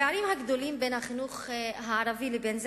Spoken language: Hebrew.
הפערים הגדולים בין החינוך הערבי לבין זה